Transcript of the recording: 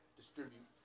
distribute